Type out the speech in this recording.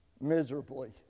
miserably